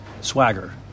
swagger